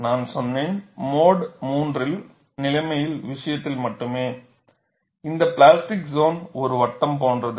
நான் சொன்னேன் mode III நிலைமை விஷயத்தில் மட்டுமே இந்த பிளாஸ்டிக் சோன் ஒரு வட்டம் போன்றது